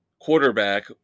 quarterback